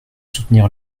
soutenir